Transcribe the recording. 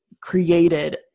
created